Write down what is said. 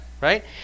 Right